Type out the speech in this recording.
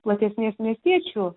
platesnės miestiečių